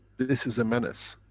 this is a menace.